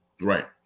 right